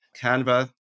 Canva